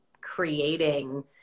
creating